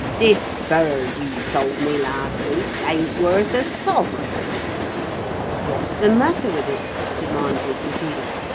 this bird you sold me last week ain't worth a sovereign what's the matter with it demanded the dealer.